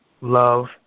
love